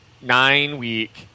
nine-week